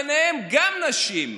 ביניהם גם נשים.